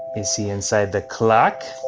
is he inside the clock?